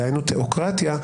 דהיינו תיאוקרטיה,